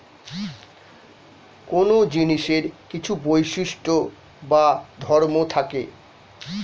কোন জিনিসের কিছু বৈশিষ্ট্য বা ধর্ম থাকে